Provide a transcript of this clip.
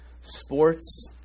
sports